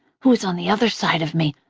who was on the other side of me,